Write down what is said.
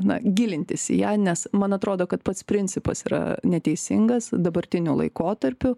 na gilintis į ją nes man atrodo kad pats principas yra neteisingas dabartiniu laikotarpiu